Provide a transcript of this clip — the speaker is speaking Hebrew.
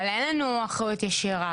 אבל אין לנו אחריות ישירה,